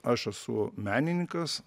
aš esu menininkas